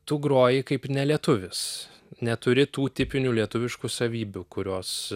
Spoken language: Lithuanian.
tu groji kaip nelietuvis neturi tų tipinių lietuviškų savybių kurios